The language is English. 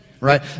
right